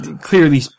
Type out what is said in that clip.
clearly